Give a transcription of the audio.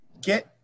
get